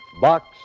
Box